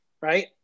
right